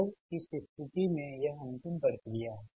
तो इस स्थिति में यह अंतिम प्रक्रिया है